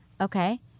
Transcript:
Okay